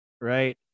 right